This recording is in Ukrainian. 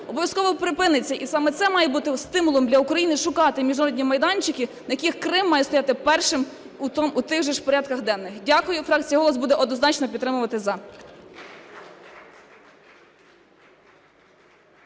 обов'язково припиниться і саме це має бути стимулом для України шукати міжнародні майданчики, на яких Крим має стояти першим у тих же ж порядках денних. Дякую. Фракція "Голос" буде однозначно підтримувати "за".